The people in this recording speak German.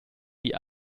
die